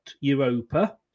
Europa